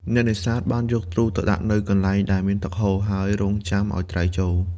អ្នកនេសាទបានយកទ្រូទៅដាក់នៅកន្លែងដែលមានទឹកហូរ ហើយរង់ចាំឲ្យត្រីចូល។